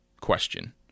question